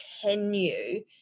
continue